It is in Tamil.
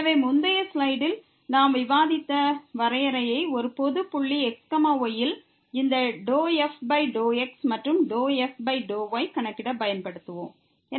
எனவே முந்தைய ஸ்லைடில் நாம் விவாதித்த வரையறையை ஒரு பொது புள்ளி x y யில் இந்த ∂f∂x மற்றும் ∂f∂y கணக்கிட பயன்படுத்துவோம்